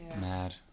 Mad